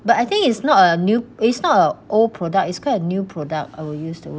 but I think is not a new it's not a old product is quite a new product I will use the wor~